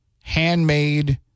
handmade